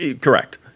Correct